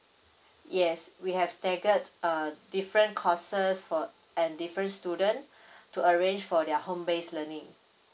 yes we have staggered err different courses for and different student to arrange for their home base learning